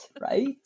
right